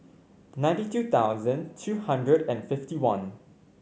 ninety two thousand two hundred and fifty one